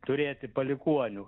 turėti palikuonių